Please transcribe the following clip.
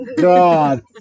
God